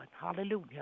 Hallelujah